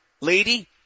lady